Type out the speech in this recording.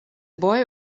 boy